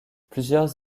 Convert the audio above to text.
plusieurs